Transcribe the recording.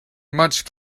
much